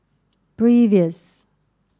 previous